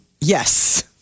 Yes